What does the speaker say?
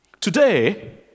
Today